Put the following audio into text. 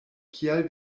kial